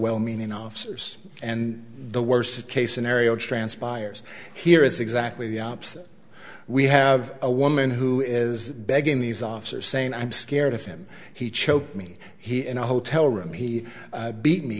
well meaning officers and the worst case scenario transpires here is exactly the opposite we have a woman who is begging these officer saying i'm scared of him he choked me he and a hotel room he beat me